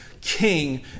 king